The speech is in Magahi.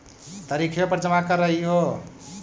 तरिखवे पर जमा करहिओ?